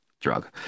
drug